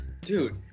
Dude